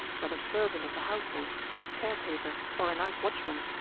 whether servant of the household, its caretaker, or a night watchman,